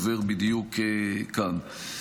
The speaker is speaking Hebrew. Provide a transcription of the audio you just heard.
עובר בדיוק כאן.